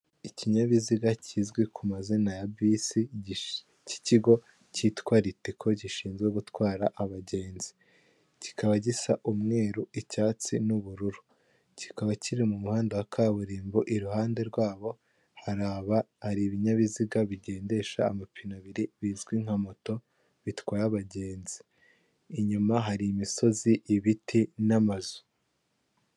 Ikinyabiziga kizwi ku mazina ya bisi cy'ikigo cyitwa litiko gishinzwe gutwara abagenzi, kikaba gisa umweru, icyatsi n'ubururu kikaba kiri mu muhanda wa kaburimbo iruhande rwabo haraba ari ibinyabiziga bigendesha amapine abiri bizwi nka moto bitwara abagenzi inyuma hari imisozi ibiti n'amazu.